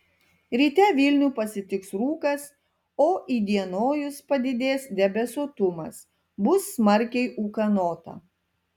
ryte vilnių pasitiks rūkas o įdienojus padidės debesuotumas bus smarkiai ūkanota